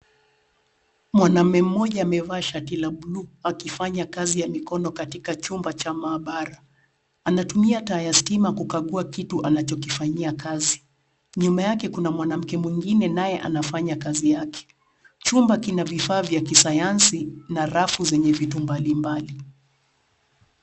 Mwanaume mmoja amevaa shati la buluu akifanya kazi ya mikono katika chumba cha maabara. natumia taa ya stima kukagua kitu anachokifanyia kazi. Nyuma yake kuna mwanamke mwingine naye anafanya kazi yake. chumba kina vifaa vya kisayansi na rafu zenye vitu mbalimbali.